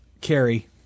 Carrie